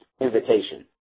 invitation